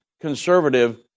conservative